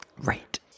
Right